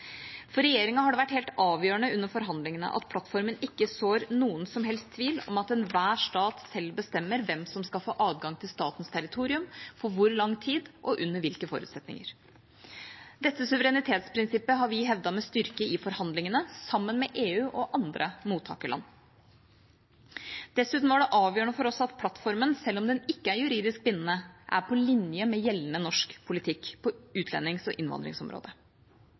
For regjeringa har det vært helt avgjørende under forhandlingene at plattformen ikke sår noen som helst tvil om at enhver stat selv bestemmer hvem som skal få adgang til statens territorium, for hvor lang tid og under hvilke forutsetninger. Dette suverenitetsprinsippet har vi hevdet med styrke i forhandlingene, sammen med EU og andre mottakerland. Dessuten var det avgjørende for oss at plattformen, selv om den ikke er juridisk bindende, er på linje med gjeldende norsk politikk på utlendings- og innvandringsområdet.